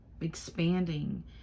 expanding